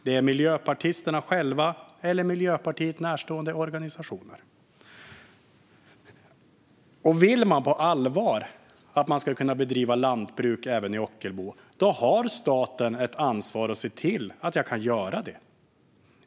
Det är miljöpartisterna själva eller Miljöpartiet närstående organisationer som gör det. Vill man på allvar att det ska gå att bedriva lantbruk även i Ockelbo har staten ett ansvar att se till att det kan ske.